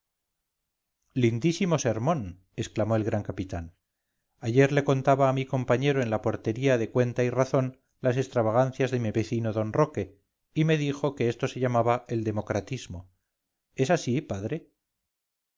lindísimo sermón exclamó el gran capitán ayer le contaba a mi compañero en la portería de cuenta y razón las extravagancias de mi vecino d roque y me dijo que esto se llamaba el democratismo es así padre